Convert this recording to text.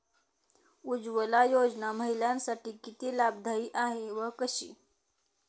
उज्ज्वला योजना महिलांसाठी किती लाभदायी आहे व कशी?